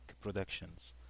productions